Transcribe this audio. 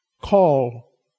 Call